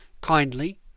kindly